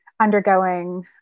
undergoing